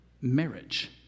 marriage